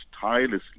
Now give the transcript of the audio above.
tirelessly